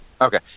Okay